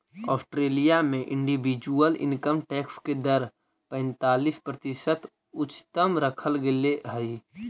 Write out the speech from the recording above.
Australia में individual income tax के दर पैंतालीस प्रतिशत उच्चतम रखल गेले हई